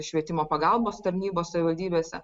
švietimo pagalbos tarnybos savivaldybėse